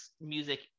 music